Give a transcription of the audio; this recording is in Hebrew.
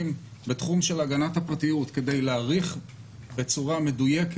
בתחום של הגנת הפרטיות כדי להעריך בצורה מדויקת,